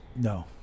No